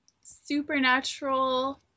Supernatural